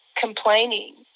complaining